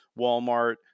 Walmart